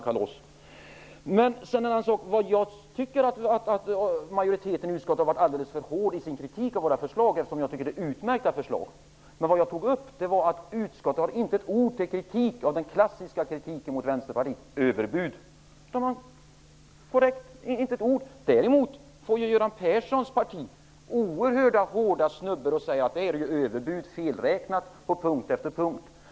Jag tycker att utskottets majoritet har varit alldeles för hård i sin kritik över våra förslag, som jag tycker är utmärkta. Men utskottet anför inte till någon del den klassiska kritiken mot Vänsterpartiet: Överbud! Däremot får Göran Perssons parti hårda snubbor. Majoriteten talar om överbud och felräkningar på punkt efter punkt.